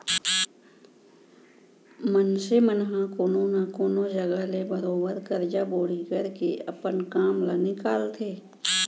मनसे मन ह कोनो न कोनो जघा ले बरोबर करजा बोड़ी करके अपन काम ल निकालथे